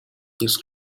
his